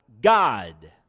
God